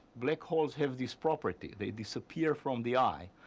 black holes have this property. they disappear from the eye,